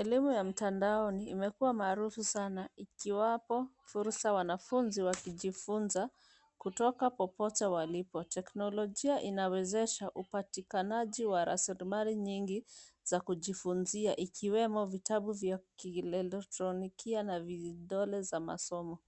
Elimu ya mtandaoni, imekua marufu sana. Ikiwapo, furusa wanafunzi wakijifunza kutoka popote walipo. Teknolojia inawezesha upatikanaji wa rasili mali nyingi za kujifunzia. Ikiwemo vitabu vya kielektronikia na vidole za masomo .